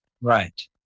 Right